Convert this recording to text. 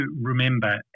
remember